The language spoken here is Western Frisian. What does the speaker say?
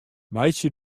meitsje